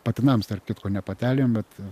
patinams tarp kitko ne patelėm bet